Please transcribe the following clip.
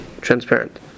transparent